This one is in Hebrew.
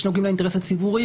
שנוגעים לאינטרס הציבורי,